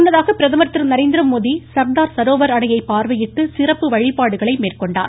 முன்னதாக பிரதமர் திருநரேந்திரமோடிசர்தார் சரோவர் அணையை பார்வையிட்டு சிறப்பு வழிபாடுகளை மேற்கொண்டார்